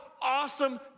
awesome